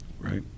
right